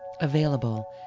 Available